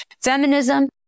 Feminism